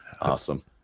awesome